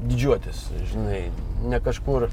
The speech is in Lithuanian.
didžiuotis žinai ne kažkur